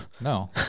No